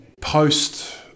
post